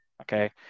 okay